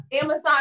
Amazon